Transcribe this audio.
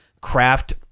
craft